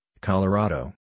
Colorado